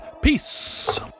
Peace